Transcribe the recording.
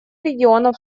регионов